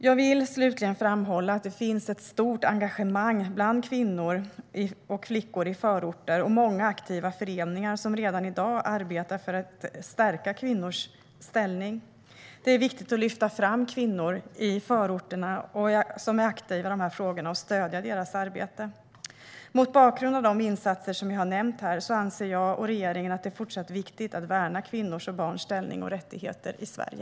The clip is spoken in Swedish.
Jag vill slutligen framhålla att det finns ett stort engagemang bland kvinnor och flickor i förorter och många aktiva i föreningar som redan i dag arbetar för att stärka kvinnors ställning. Det är viktigt att lyfta fram kvinnor i förorterna som är aktiva i dessa frågor och stödja deras arbete. Mot bakgrund av de insatser som jag har nämnt här anser jag och regeringen att det är fortsatt viktigt att värna kvinnors och barns ställning och rättigheter i Sverige.